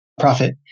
profit